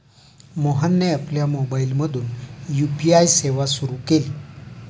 मोहनने आपल्या मोबाइलमधून यू.पी.आय सेवा सुरू केली